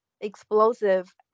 explosive